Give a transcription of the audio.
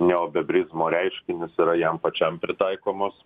neobebrizmo reiškinius yra jam pačiam pritaikomos